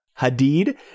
hadid